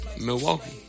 Milwaukee